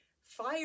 fire